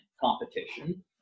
competition